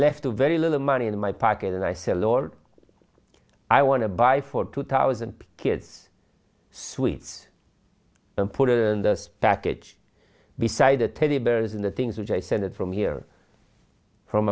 left a very little money in my pocket and i say lord i want to buy for two thousand kids sweets and put it in the package beside the teddy bears in the things which i sent it from here from